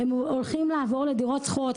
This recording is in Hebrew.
הם הולכים לעבור לדירות שכורות.